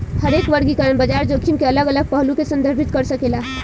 हरेक वर्गीकरण बाजार जोखिम के अलग अलग पहलू के संदर्भित कर सकेला